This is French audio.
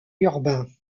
urbain